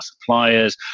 suppliers